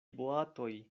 boatoj